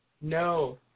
No